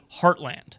HEARTLAND